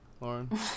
Lauren